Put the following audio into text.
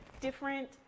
different